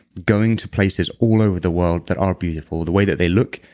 going to places all over the world that are beautiful the way that they look,